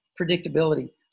predictability